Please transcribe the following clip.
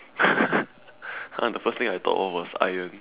(pl) !huh! the first thing I thought of was iron